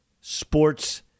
sports